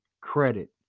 credit